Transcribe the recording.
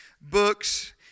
books